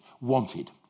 wanted